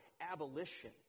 abolition